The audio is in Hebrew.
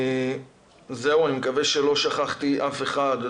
אני מקווה שלא שכחתי אף אחד.